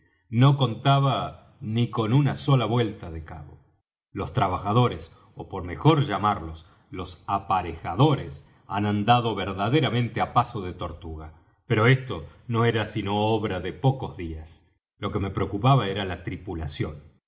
no contaba ni con una sola vuelta de cabo los trabajadores ó por mejor llamarlos los aparejadores han andado verdaderamente á paso de tortuga pero esto no era sino obra de pocos días lo que me preocupaba era la tripulación